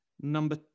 Number